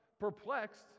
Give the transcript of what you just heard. perplexed